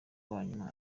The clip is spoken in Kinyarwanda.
wanyuma